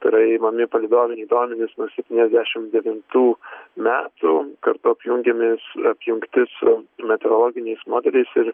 tai yra imami palydoviniai duomenys nuo septyniasdešim devintų metų kartu apjungiami s apjungti su meteorologiniais modeliais ir